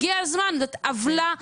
הגיע הזמן, זו עוולה מטורפת.